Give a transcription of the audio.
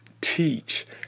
teach